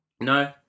no